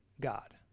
God